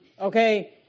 okay